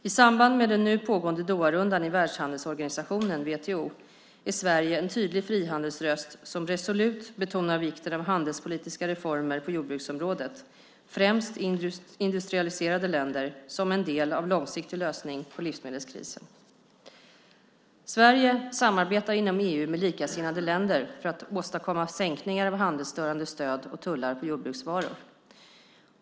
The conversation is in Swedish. I samband med den nu pågående Doharundan i Världshandelsorganisationen, WTO, är Sverige en tydlig frihandelsröst som resolut betonar vikten av handelspolitiska reformer på jordbruksområdet, främst i industrialiserade länder, som en del av en långsiktig lösning på livsmedelskrisen. Sverige samarbetar inom EU med likasinnade länder för att åstadkomma sänkningar av handelsstörande stöd och tullar på jordbruksvaror.